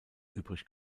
übrig